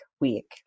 week